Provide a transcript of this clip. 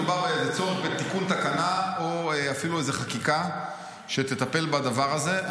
מדובר בצורך בתיקון תקנה או אפילו איזו חקיקה שתטפל בדבר הזה.